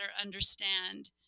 understand